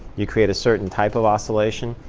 you create a certain type of oscillation.